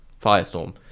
Firestorm